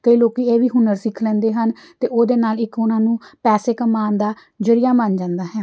ਕਈ ਲੋਕ ਇਹ ਵੀ ਹੁਨਰ ਸਿੱਖ ਲੈਂਦੇ ਹਨ ਅਤੇ ਉਹਦੇ ਨਾਲ ਇੱਕ ਉਹਨਾਂ ਨੂੰ ਪੈਸੇ ਕਮਾਉਣ ਦਾ ਜ਼ਰੀਆ ਬਣ ਜਾਂਦਾ ਹੈ